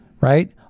right